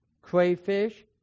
crayfish